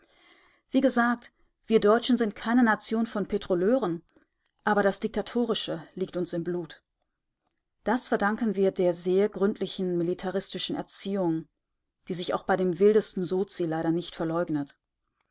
wie gesagt wir deutschen sind keine nation von petroleuren aber das diktatorische liegt uns im blut das verdanken wir der sehr gründlichen militaristischen erziehung die sich auch bei dem wildesten sozi leider nicht verleugnet